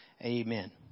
Amen